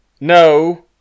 no